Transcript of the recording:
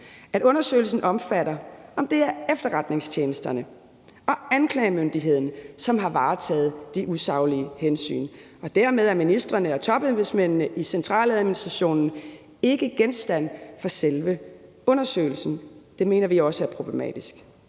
at undersøgelsen omfatter, om det er efterretningstjenesterne og anklagemyndigheden, som har taget de usaglige hensyn, og dermed er ministrene og topembedsmændene i centraladministrationen ikke genstand for selve undersøgelsen. Det mener vi også er problematisk.